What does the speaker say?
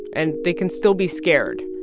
and they can still be scared.